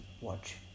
watch